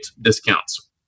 discounts